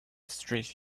street